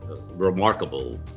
remarkable